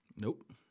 Nope